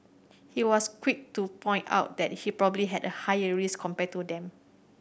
he was quick to point out that he probably had a higher risk compared to them